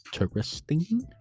interesting